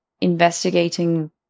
investigating